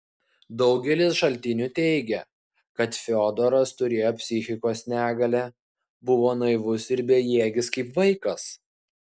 daugelis šaltinių teigia kad fiodoras turėjo psichikos negalę buvo naivus ir bejėgis kaip vaikas